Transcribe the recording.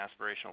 aspirational